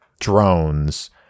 Drones